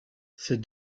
ces